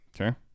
Okay